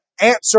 answer